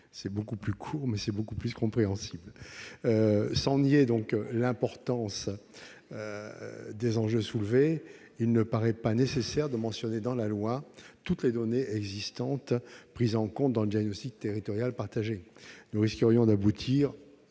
est beaucoup plus courte, mais plus compréhensible ... Sans nier l'importance des enjeux soulevés, il ne paraît pas nécessaire de mentionner dans la loi toutes les données existantes prises en compte dans le diagnostic territorial partagé. Si nous le faisions, nous